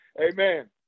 Amen